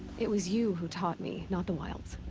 it was you who taught me, not the wilds.